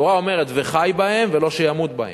התורה אומרת "וחי בהם", ולא שימות בהם.